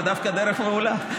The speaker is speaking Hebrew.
זו דווקא דרך פעולה.